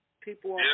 People